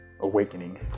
awakening